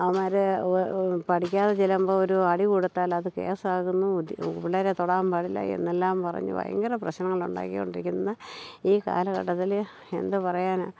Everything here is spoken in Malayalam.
അവമാർ പഠിക്കാതെ ചെല്ലുമ്പോൾ ഒരു അടി കൊടുത്താൽ അത് കേസാകുന്നു പിള്ളേരെ തൊടാൻ പാടില്ല എന്നെല്ലാം പറഞ്ഞു ഭയങ്കര പ്രശ്നങ്ങൾ ഉണ്ടാക്കി കൊണ്ടിരിക്കുന്ന ഈ കാലഘട്ടത്തിൽ എന്താണ് പറയാനുള്ളത്